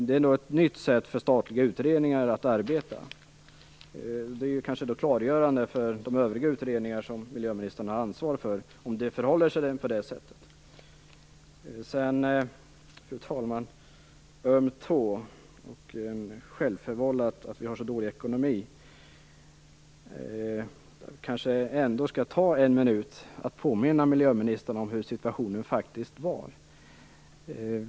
Det är i så fall ett nytt sätt för statliga utredningar att arbeta, och om det förhåller sig på det sättet kan detta kanske vara klargörande för andra utredningar som miljöministern har ansvar för. Fru talman! Miljöministern säger att hon har trampat på en öm tå och att jag inte borde tala om den dåliga ekonomin eftersom detta är självförvållat. Jag kanske ändå skall ta en minut av tiden i anspråk för att påminna miljöministern om hurdan situationen faktiskt var.